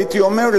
הייתי אומר,